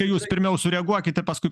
jūs pirmiau sureaguokit ir paskui